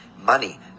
money